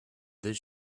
this